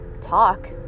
talk